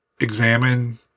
examine